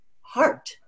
heart